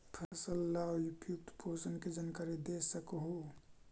फसल ला उपयुक्त पोषण के जानकारी दे सक हु?